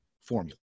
formula